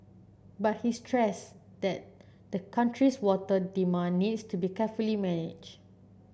but he stressed that the country's water demand needs to be carefully managed